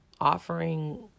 offering